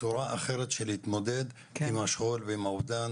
צורה או דרך אחת של התמודדות עם השכול ועם האובדן